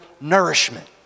nourishment